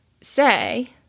say